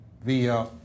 via